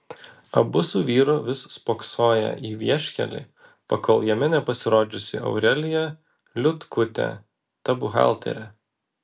abu su vyru vis spoksoję į vieškelį pakol jame nepasirodžiusi aurelija liutkutė ta buhalterė